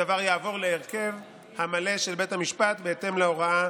הדבר יעבור להרכב המלא של בית המשפט בהתאם להוראה